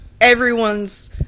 Everyone's